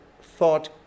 thought